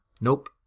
Nope